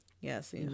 Yes